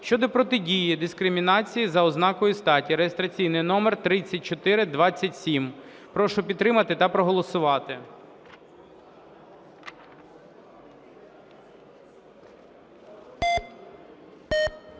щодо протидії дискримінації за ознакою статі (реєстраційний номер 3427). Прошу підтримати та проголосувати. 12:20:54